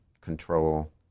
Control